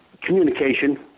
Communication